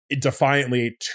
defiantly